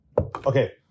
okay